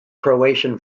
croatian